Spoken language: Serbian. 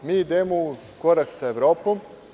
Idemo u korak sa Evropom.